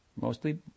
Mostly